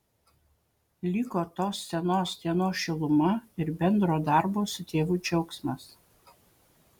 liko tos senos dienos šiluma ir bendro darbo su tėvu džiaugsmas